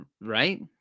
right